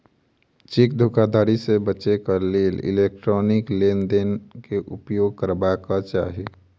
cheque धोखाधड़ी से बचैक लेल इलेक्ट्रॉनिक लेन देन के उपयोग करबाक चाही